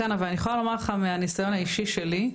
אבל אני יכולה להגיד לך שמהניסיון האישי שלי,